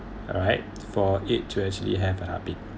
alright for eight to actually have a heartbeat